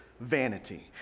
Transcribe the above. Vanity